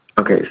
okay